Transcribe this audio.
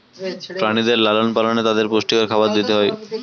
প্রাণীদের লালন পালনে তাদের পুষ্টিকর খাবার দিতে হয়